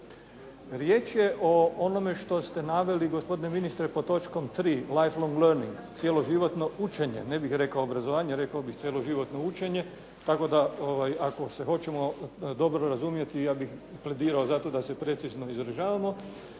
Riječ je o onome što ste naveli, gospodine ministre, pod točkom 3. life long learning, cjeloživotno učenje, ne bih rekao obrazovanje, rekao bih cjeloživotno učenje tako da ako se hoćemo dobro razumjeti, ja bih pledirao za to da se precizno izražavamo.